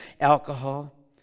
alcohol